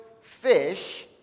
fish